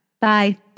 Bye